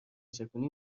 چکونی